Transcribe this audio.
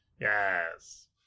Yes